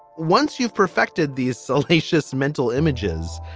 once you've perfected these salacious mental images,